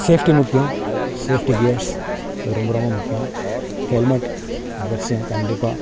safety முக்கியம் safety gears ரொம்ப ரொம்ப முக்கியம் ஹெல்மெட் அவசியம் கண்டிப்பாக